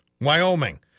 Wyoming